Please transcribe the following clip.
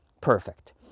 perfect